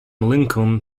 lincoln